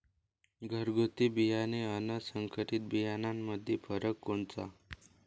घरगुती बियाणे अन संकरीत बियाणामंदी फरक कोनचा?